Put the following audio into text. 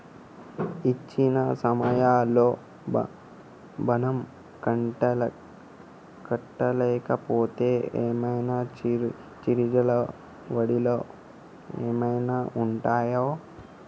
ఇచ్చిన సమయంలో ఋణం కట్టలేకపోతే ఏమైనా ఛార్జీలు వడ్డీలు ఏమైనా ఉంటయా?